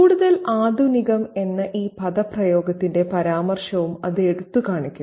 കൂടുതൽ ആധുനികം എന്ന ഈ പദപ്രയോഗത്തിന്റെ പരാമർശവും അത് എടുത്തുകാണിക്കുന്നു